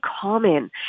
common